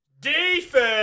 defense